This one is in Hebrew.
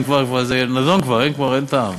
זה נדון כבר, כבר אין טעם.